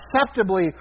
acceptably